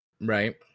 Right